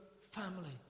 family